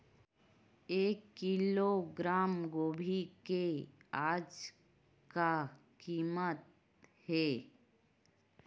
एक किलोग्राम गोभी के आज का कीमत हे?